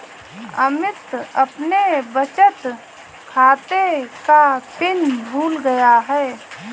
अमित अपने बचत खाते का पिन भूल गया है